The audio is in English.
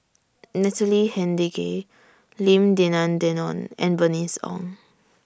Natalie Hennedige Lim Denan Denon and Bernice Ong